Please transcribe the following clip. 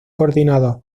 coordinador